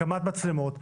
הקמת מצלמות,